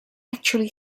actually